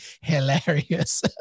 hilarious